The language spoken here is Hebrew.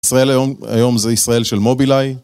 ישראל היום, היום זה ישראל של מובילאי